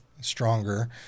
stronger